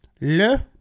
Le